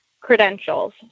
credentials